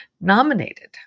nominated